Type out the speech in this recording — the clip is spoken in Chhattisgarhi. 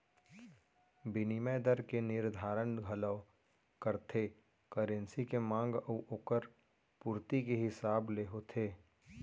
बिनिमय दर के निरधारन घलौ करथे करेंसी के मांग अउ ओकर पुरती के हिसाब ले होथे